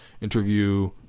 interview